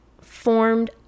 formed